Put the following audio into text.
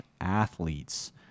athletes